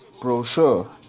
brochure